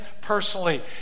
personally